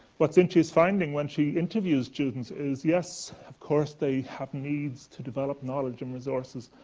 what xinchi is finding when she interviews students is, yes of course, they have needs to develop knowledge and resources.